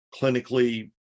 clinically